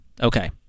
Okay